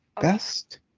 best